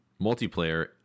multiplayer